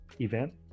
event